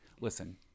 listen